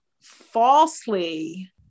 falsely